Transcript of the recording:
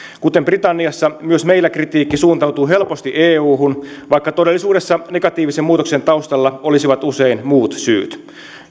kuten britanniassa myös meillä kritiikki suuntautuu helposti euhun vaikka todellisuudessa negatiivisen muutoksen taustalla olisivat usein muut syyt